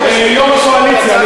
יושב-ראש הקואליציה,